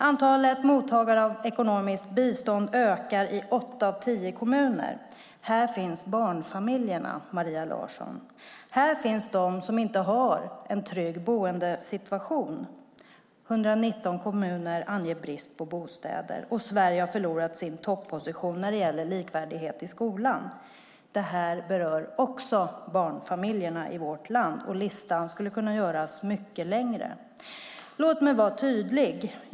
Antalet mottagare av ekonomiskt bistånd ökar i åtta av tio kommuner. Här finns barnfamiljerna, Maria Larsson. Här finns de som inte har en trygg boendesituation. 119 kommuner anger brist på bostäder, och Sverige har förlorat sin topposition när det gäller likvärdighet i skolan. Det här berör också barnfamiljerna i vårt land. Listan skulle kunna göras mycket längre. Låt mig vara tydlig.